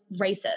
racist